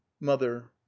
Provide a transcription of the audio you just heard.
mother